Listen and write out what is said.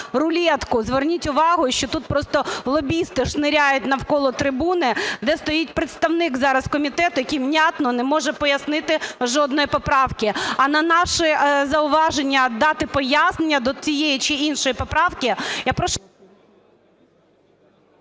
рулетку. Зверніть увагу, що тут просто лобісти шниряють навколо трибуни, де стоїть представник зараз комітету, який внятно не може пояснити жодної поправки, а на наші зауваження дати пояснення до тієї чи іншої поправки, я прошу...